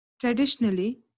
Traditionally